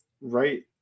right